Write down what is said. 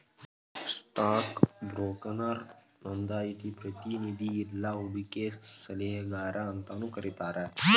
stock ಬ್ರೋಕರ್ನ ನೋಂದಾಯಿತ ಪ್ರತಿನಿಧಿ ಇಲ್ಲಾ ಹೂಡಕಿ ಸಲಹೆಗಾರ ಅಂತಾನೂ ಕರಿತಾರ